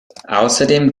außerdem